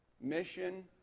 Mission